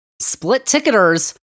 split-ticketers